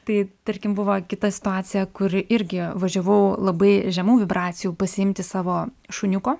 tai tarkim buvo kita situacija kur irgi važiavau labai žemų vibracijų pasiimti savo šuniuko